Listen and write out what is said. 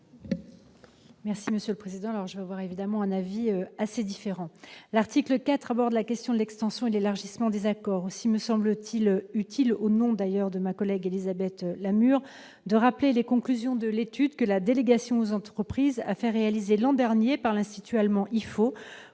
Primas, sur l'article. Je vais évidemment émettre une opinion assez différente. L'article 4 aborde la question de l'extension et de l'élargissement des accords. Aussi me semble-t-il utile, au nom de ma collègue Élisabeth Lamure, de rappeler les conclusions de l'étude que la délégation aux entreprises a fait réaliser l'an dernier par l'institut allemand IFO